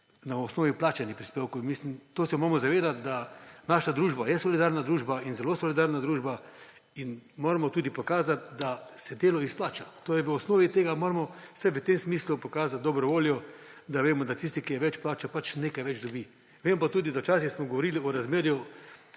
na osnovi vplačanih prispevkov. Moramo se zavedati, da je naša družba solidarna družba, in je zelo solidarna družba, in moramo tudi pokazati, da se delo izplača. V osnovi moramo vsaj v tem smislu pokazati dobro voljo, da vemo, da tisti, ki je več plačal, pač nekaj več dobi. Vem pa tudi, da smo včasih govorili o razmerju,